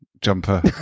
Jumper